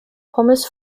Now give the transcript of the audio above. pommes